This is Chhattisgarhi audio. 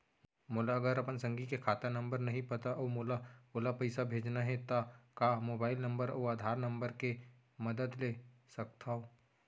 मोला अगर अपन संगी के खाता नंबर नहीं पता अऊ मोला ओला पइसा भेजना हे ता का मोबाईल नंबर अऊ आधार नंबर के मदद ले सकथव?